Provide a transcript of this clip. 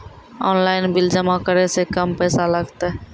Online bill जमा करै से कम पैसा लागतै?